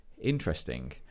interesting